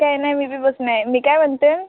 काय नाही मी बी बसून आहे मी काय म्हणते